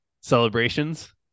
celebrations